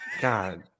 god